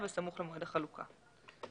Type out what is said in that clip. אנחנו עוסקים בעדכון היעדים,